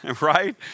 right